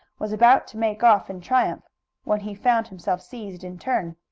was about to make off in triumph when he found himself seized in turn.